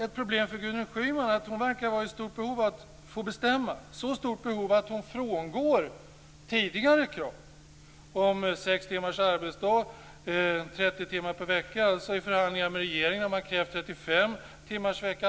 Ett problem för Gudrun Schyman är att hon verkar vara i stort behov av att få bestämma, så stort att hon frångår tidigare krav om sex timmars arbetsdag eller 30 timmar per vecka. I förhandlingar med regeringen har man krävt 35 timmars vecka.